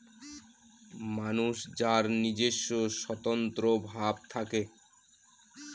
মানুষ যার নিজস্ব স্বতন্ত্র ভাব থাকে